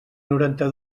noranta